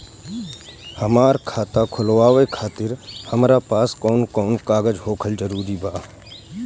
हमार खाता खोलवावे खातिर हमरा पास कऊन कऊन कागज होखल जरूरी बा?